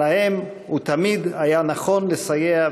שבהם הוא תמיד היה נכון לסייע,